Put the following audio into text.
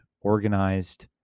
organized